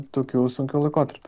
tokiu sunkiu laikotarpiu